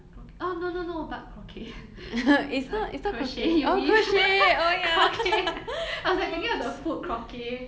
croc~ orh no no no but croquette uh crochet you mean croquette I was like thinking of the food croquette